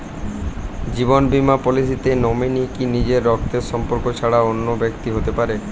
জীবন বীমা পলিসিতে নমিনি কি নিজের রক্তের সম্পর্ক ছাড়া অন্য ব্যক্তি হতে পারে?